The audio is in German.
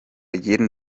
jeden